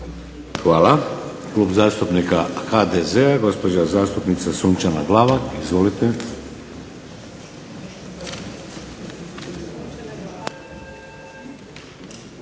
Hvala. Klub zastupnika HDZ-a gospođa zastupnica Sunčana Glavak. Izvolite.